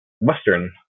western